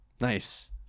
Nice